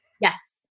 Yes